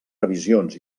revisions